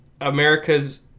America's